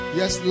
yes